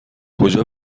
کجا